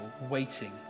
waiting